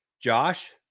Josh